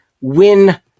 win